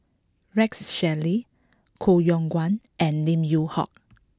Rex Shelley Koh Yong Guan and Lim Yew Hock